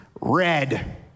Red